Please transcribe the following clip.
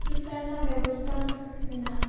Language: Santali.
ᱪᱤᱠᱤᱛᱥᱟ ᱨᱮᱱᱟᱜ ᱵᱮᱵᱚᱥᱛᱟ ᱢᱤᱱᱟᱜᱼᱟ